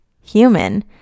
Human